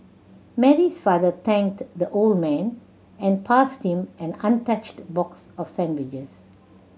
Mary's father thanked the old man and passed him an untouched box of sandwiches